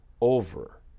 over